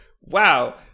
Wow